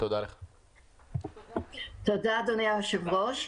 תודה אדוני היושב-ראש,